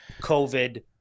COVID